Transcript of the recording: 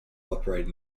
operate